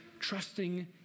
trusting